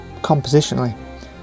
compositionally